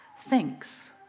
thinks